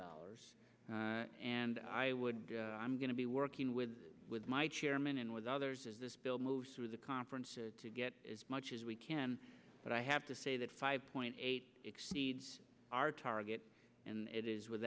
dollars and i would i'm going to be working with with my chairman and with others as this bill moves through the conference to get as much as we can but i have to say that five point eight exceeds our target and it is with